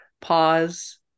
pause